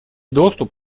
доступ